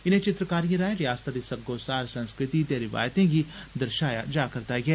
इनें त्रिचकरियें रांए रयासतै दी सग्गोसार संस्कृति ते रिवायतें गी दर्शाया जा करदा ऐ